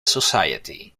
society